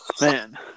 man